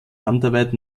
handarbeit